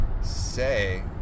say